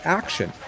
action